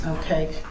okay